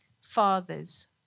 Fathers